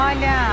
Olha